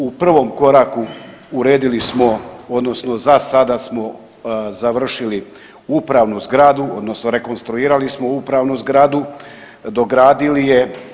U prvom koraku uredili smo odnosno za sada smo završili upravnu zgradu odnosno rekonstruktuirali smo upravnu zgradu i dogradili je.